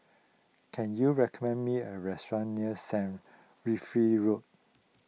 can you recommend me a restaurant near Saint Wilfred Road